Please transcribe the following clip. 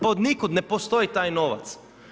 Od nikuda, ne postoji taj novac.